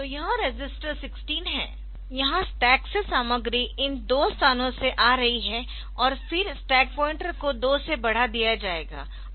तो यह रजिस्टर 16 है यहाँ स्टैक से सामग्री इन दो स्थानों से आ रही है और फिर स्टैक पॉइंटर को 2 से बढ़ा दिया जाएगा